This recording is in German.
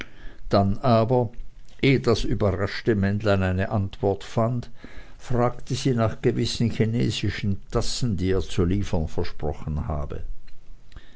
dann aber eh das überraschte männlein eine antwort fand fragte sie nach gewissen chinesischen tassen die er zu liefern versprochen habe